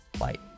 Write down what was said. light